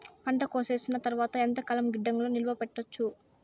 పంట కోసేసిన తర్వాత ఎంతకాలం గిడ్డంగులలో నిలువ పెట్టొచ్చు?